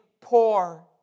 poor